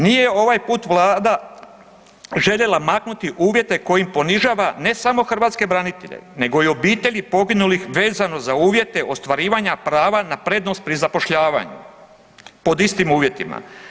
Nije ovaj put Vlada željela maknuti uvjete kojim ponižava ne samo hrvatske branitelje, nego i obitelji poginulih vezano za uvjete ostvarivanja prava na prednost pri zapošljavanju pod istim uvjetima.